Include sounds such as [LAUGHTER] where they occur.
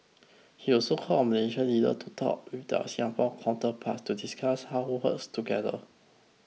he also called on Malaysian leaders to talk with their Singaporean counterparts to discuss how [UNINTELLIGIBLE] us together